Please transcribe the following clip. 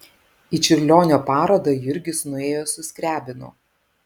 į čiurlionio parodą jurgis nuėjo su skriabinu